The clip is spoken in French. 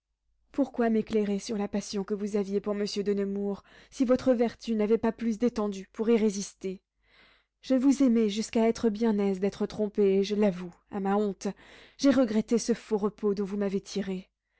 pourquoi m'éclairer sur la passion que vous aviez pour monsieur de nemours si votre vertu n'avait pas plus d'étendue pour y résister je vous aimais jusqu'à être bien aise d'être trompé je l'avoue à ma honte j'ai regretté ce faux repos dont vous m'avez tiré